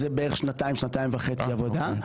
זה בערך שנתיים-שנתיים וחצי עבודה.